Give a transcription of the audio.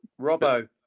Robbo